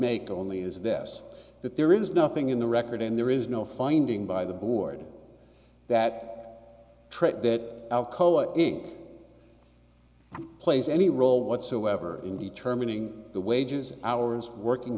make only is this that there is nothing in the record and there is no finding by the board that trait that alcoa inc plays any role whatsoever in determining the wages hours working